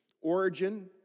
origin